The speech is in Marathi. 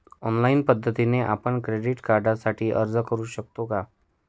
ऑनलाईन पद्धतीने आपण क्रेडिट कार्डसाठी अर्ज करु शकतो का?